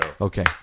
Okay